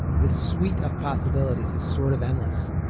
the suite of possibilities is sort of endless,